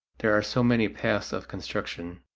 there are so many paths of construction,